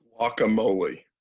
Guacamole